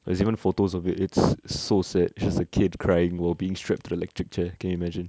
there's even photos of it it's so sad it's just a kid crying while being strapped to the electric chair can you imagine